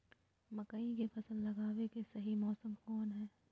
मकई के फसल लगावे के सही मौसम कौन हाय?